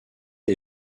est